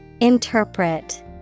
Interpret